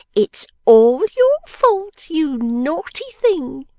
it's all your fault, you naughty thing